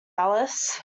alice